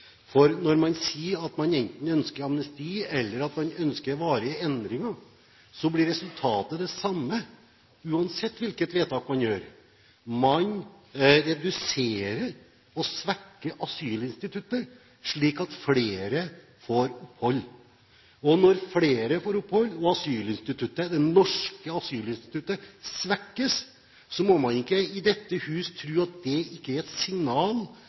Når man sier at man enten ønsker amnesti eller ønsker varige endringer, blir resultatet det samme uansett hvilket vedtak man gjør: Man reduserer og svekker asylinstituttet slik at flere får opphold. Og når flere får opphold og asylinstituttet – det norske asylinstituttet – svekkes, må man ikke i dette hus tro at det ikke er et signal